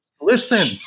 listen